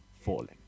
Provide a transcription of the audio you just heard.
falling